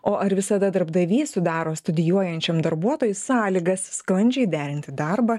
o ar visada darbdavys sudaro studijuojančiam darbuotojui sąlygas sklandžiai derinti darbą